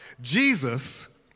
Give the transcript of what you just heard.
Jesus